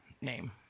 name